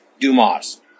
Dumas